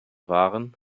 waren